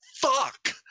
fuck